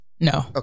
No